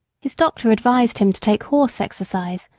his doctor advised him to take horse exercise,